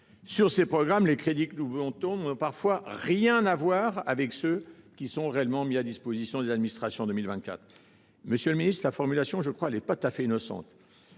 de ces programmes, les crédits que nous votons pourraient n’avoir finalement rien à voir avec ceux qui seront réellement mis à la disposition des administrations en 2024. Monsieur le ministre, la formulation n’est pas tout à fait innocente.